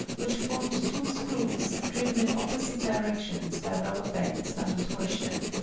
which formed two screws, driven in opposite directions by rubber bands under torsion.